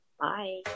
bye